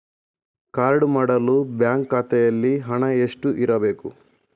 Card ಮಾಡಲು bank ಖಾತೆಯಲ್ಲಿ ಹಣ ಎಷ್ಟು ಇರಬೇಕು?